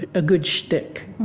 ah a good shtick